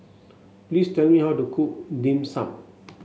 please tell me how to cook Dim Sum